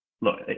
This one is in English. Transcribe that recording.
look